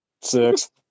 Six